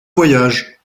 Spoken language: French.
voyage